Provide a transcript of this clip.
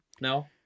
No